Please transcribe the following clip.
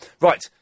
Right